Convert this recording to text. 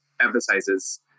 emphasizes